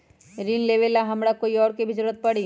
ऋन लेबेला हमरा कोई और के भी जरूरत परी?